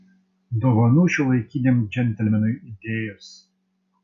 dovanų šiuolaikiniam džentelmenui idėjos